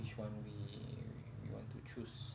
which one we we want to choose